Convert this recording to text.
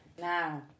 Now